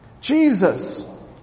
Jesus